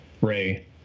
Ray